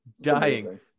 Dying